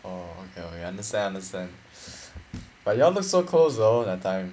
orh okay okay understand understand but y'all look so close though that time